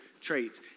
traits